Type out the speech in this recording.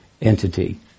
entity